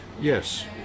Yes